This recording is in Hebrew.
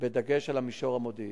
בדגש על המישור המודיעיני.